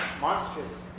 monstrous